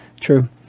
true